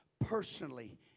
personally